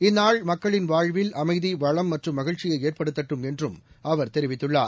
இந்நாள்இ மக்களின் வாழ்வில்இ அமைதிலு வளம் மற்றும் மகிழ்ச்சியை ஏற்படுத்தட்டும் என்றும் அவர் தெரிவித்துள்ளார்